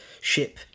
ship